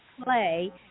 play